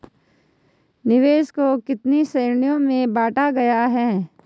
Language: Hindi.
निवेश को कितने श्रेणियों में बांटा गया है?